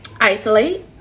isolate